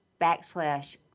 backslash